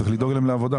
צריך לדאוג להם לעבודה.